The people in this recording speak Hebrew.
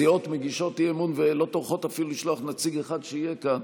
סיעות מגישות אי-אמון ולא טורחות אפילו לשלוח נציג אחד שיהיה כאן,